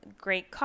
great